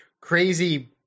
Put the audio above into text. crazy